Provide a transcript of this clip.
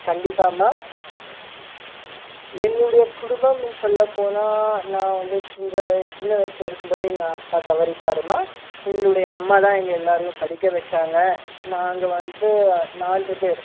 கண்டிப்பாம்மா என்னுடைய குடும்பமுன் சொல்லப்போனால் நான் வந்து சின்ன வ சின்ன வயசில் இருக்கும் போதே எங்கள் அப்பா தவறிட்டாரும்மா எங்களுடைய அம்மா தான் எங்கள் எல்லோரையும் படிக்க வச்சாங்க நாங்கள் வந்து நான்கு பேர்